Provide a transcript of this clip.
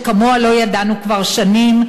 שכמוה לא ידענו כבר שנים,